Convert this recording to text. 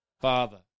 Father